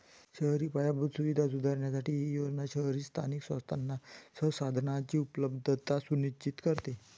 शहरी पायाभूत सुविधा सुधारण्यासाठी ही योजना शहरी स्थानिक संस्थांना संसाधनांची उपलब्धता सुनिश्चित करते